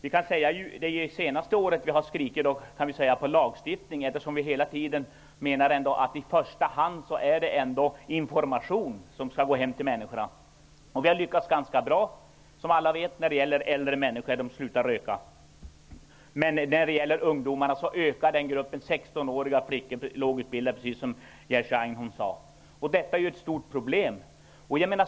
Vi kan säga att det är det senaste året som vi har skrikit efter lagstiftning, eftersom vi menar att det i första hand är med information som man skall nå fram till människorna. Som alla vet, har vi lyckats ganska bra med att få äldre människor att sluta röka, men bland ungdomarna ökar gruppen av rökare -- Jerzy Einhorn nämnde sextonåriga lågutbildade flickor. Detta är ju ett stort problem.